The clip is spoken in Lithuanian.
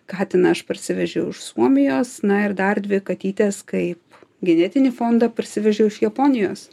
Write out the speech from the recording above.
katiną aš parsivežiau iš suomijos na ir dar dvi katytės kaip genetinį fondą parsivežiau iš japonijos